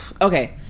okay